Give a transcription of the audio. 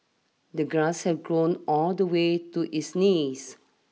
the grass had grown all the way to his knees